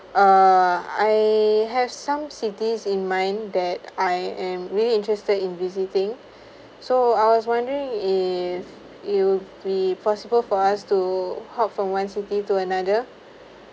uh I have some cities in mind that I am really interested in visiting so I was wondering if you'll be possible for us to hop from one city to another